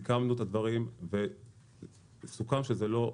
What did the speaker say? סיכמנו את הדברים וסוכם שזה לא,